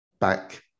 back